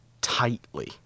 tightly